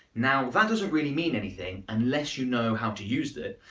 now that doesn't really mean anything unless you know how to use it.